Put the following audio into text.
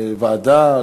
ועדה?